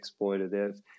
exploitative